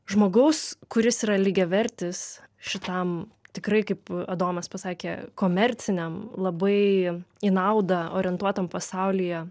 žmogaus kuris yra lygiavertis šitam tikrai kaip adomas pasakė komerciniam labai į naudą orientuotam pasaulyje